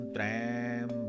Tram